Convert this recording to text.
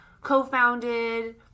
co-founded